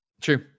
True